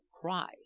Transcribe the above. cry